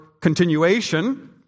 continuation